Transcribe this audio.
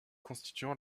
constituant